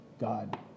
God